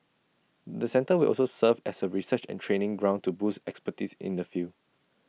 the centre will also serve as A research and training ground to boost expertise in the field